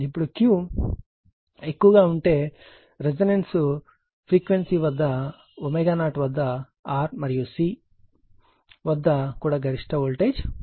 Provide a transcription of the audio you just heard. ఇప్పుడు Q ఎక్కువగా ఉంటేరెసోనెన్స్ ఫ్రీక్వెన్సీ ω0 వద్ద R మరియు C వద్ద కూడా గరిష్ట వోల్టేజ్ ఉంటుంది